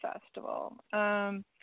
Festival –